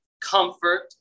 comfort